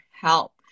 help